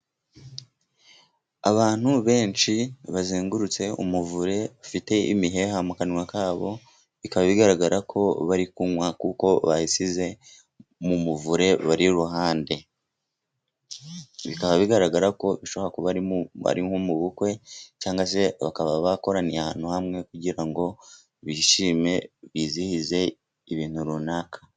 Abantu benshi bazengurutse umuvure bafite imiheha mu kanwa kabo bikaba bigaragara ko bari kunywa kuko bayisize mu muvure barihande. Bikaba bigaragara ko bari mu bukwe bakoraniye ahantu hamwe kugira ngo bishime bizihize ibintu runaka.